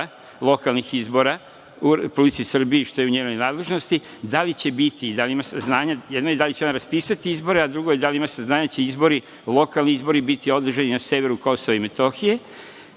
lokalnih izbora u Republici Srbiji, što je u njenoj nadležnosti, da li će biti, da li ima saznanja, jedno je da li će ona raspisati izbore, a drugo je da li ima saznanja da će lokalni izbori biti održani na severu Kosova i Metohije,